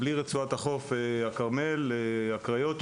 בלי רצועת החוף של הכרמל והקריות,